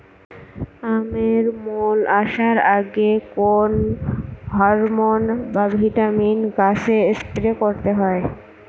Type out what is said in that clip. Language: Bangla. আমের মোল আসার আগে কোন হরমন বা ভিটামিন গাছে স্প্রে করতে হয়?